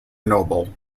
noble